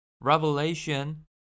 Revelation